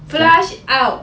flush out